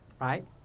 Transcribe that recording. right